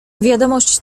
wiadomość